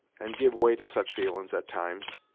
and give way to such feelin's at times.